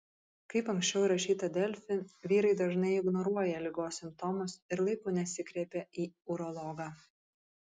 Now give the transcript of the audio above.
kaip anksčiau rašyta delfi vyrai dažnai ignoruoja ligos simptomus ir laiku nesikreipia į urologą